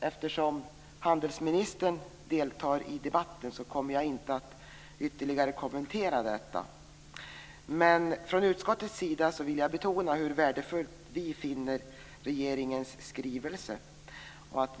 Eftersom handelsministern deltar i debatten kommer jag inte att ytterligare kommentera detta. Från utskottets sida vill jag betona att vi finner regeringens skrivelse värdefull.